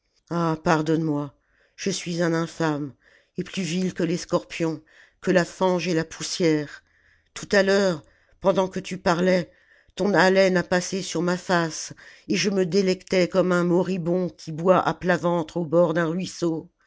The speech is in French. pardonne-moi je suis un infâme et plus vil que les scorpions que la fange et la poussière tout à l'heure pendant que tu parlais ton haleine a passé sur ma face et je me délectais comme un moribond qui boit à plat ventre au bord d'un ruisseau